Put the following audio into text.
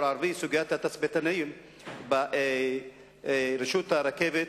הערבי: סוגיית התצפיתנים ברשות הרכבות,